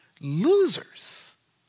losers